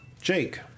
Jake